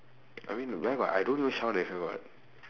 I mean where got I don't even shout at her [what]